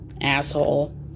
asshole